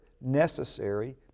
necessary